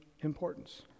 importance